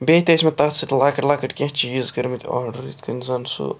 بیٚیہِ تہِ ٲسۍ مےٚ تتھ سۭتۍ لۅکٕٹۍ لۅکٕٹی کیٚنٛہہ چیٖز کٔرۍمٕتۍ آرڈر یِتھٕ کٔنۍ زَن سُہ